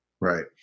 Right